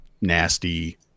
nasty